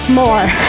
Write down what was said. more